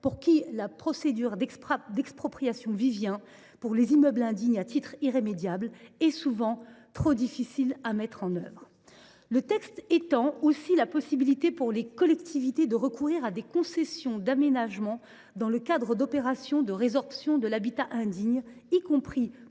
pour qui la procédure d’expropriation Vivien, prévue pour les immeubles indignes à titre irrémédiable, est souvent trop difficile à mettre en œuvre. Le texte étend aussi la possibilité pour les collectivités de recourir à des concessions d’aménagement dans le cadre d’opérations de résorption de l’habitat indigne, y compris ponctuelles,